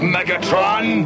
Megatron